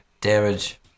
damage